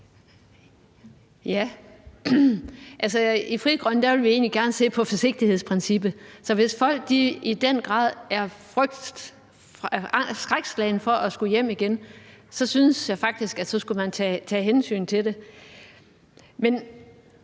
(FG): I Frie Grønne vil vi egentlig gerne følge forsigtighedsprincippet, så hvis folk i den grad er skrækslagne for at skulle hjem igen, synes jeg faktisk, at man skulle tage hensyn til det. Men